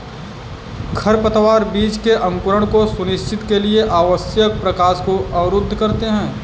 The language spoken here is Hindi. खरपतवार बीज के अंकुरण को सुनिश्चित के लिए आवश्यक प्रकाश को अवरुद्ध करते है